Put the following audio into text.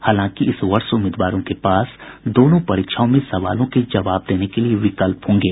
हालांकि इस वर्ष उम्मीदवारों के पास दोनों परीक्षाओं में सवालों के जवाब देने के लिए विकल्प होंगे